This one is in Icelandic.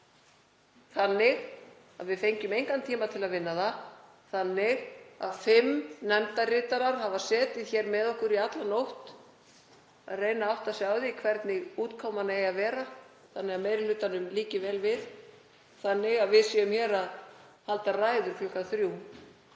þannig að við fengjum engan tíma til að vinna það, þannig að fimm nefndarritarar hafa setið hér með okkur í alla nótt að reyna að átta sig á því hvernig útkoman eigi að vera þannig að meiri hlutanum líki vel við, þannig að við séum hér að halda ræður klukkan þrjú